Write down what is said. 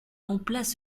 remplace